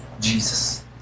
Jesus